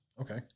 Okay